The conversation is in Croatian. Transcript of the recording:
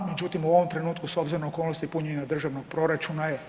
Međutim, u ovom trenutku s obzirom na okolnosti punjenja državnog proračuna je realno.